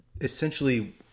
essentially